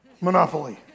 Monopoly